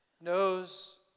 knows